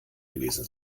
gewesen